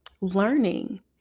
learning